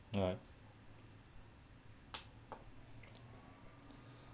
alright